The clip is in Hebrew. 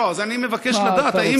אז אני מבקש לדעת אם יינתן לזה,